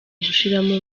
gushiramo